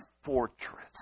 fortress